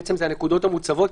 זה הנקודות המוצהבות,